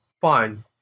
fine